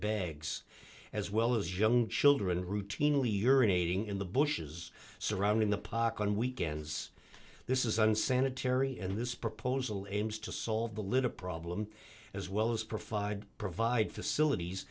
bags as well as young children routinely urinating in the bushes surrounding the pock on weekends this is unsanitary and this proposal aims to solve the litter problem as well as provide provide facilities